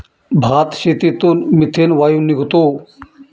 भातशेतीतून मिथेन वायू निघतो